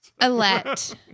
Alette